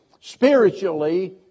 spiritually